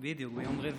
בדיוק, ביום רביעי.